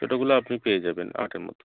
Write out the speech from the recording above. ছোটোগুলো আপনি পেয়ে যাবেন আটের মধ্যে